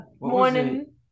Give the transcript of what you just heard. morning